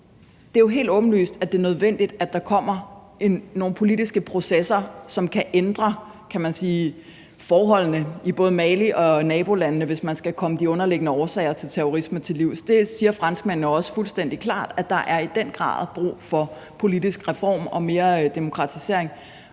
det jo er helt åbenlyst, at det er nødvendigt, at der kommer nogle politiske processer, som kan ændre, kan man sige, forholdene i både Mali og nabolandene, hvis man skal komme de underliggende årsager til terrorisme til livs. Det siger franskmændene jo også fuldstændig klart, altså at der i den grad er brug for politiske reformer og mere demokratisering.